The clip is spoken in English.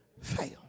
fail